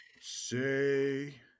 say